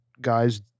guys